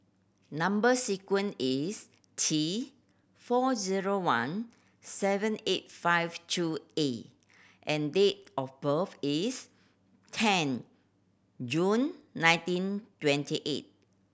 number sequence is T four zero one seven eight five two A and date of birth is ten June nineteen twenty eight